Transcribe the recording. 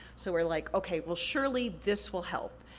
so, we're like, okay, well surely this will help.